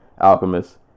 Alchemist